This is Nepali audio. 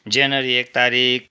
जनवरी एक तारिक